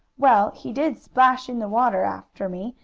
well, he did splash in the water after me,